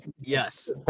yes